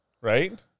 right